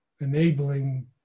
enabling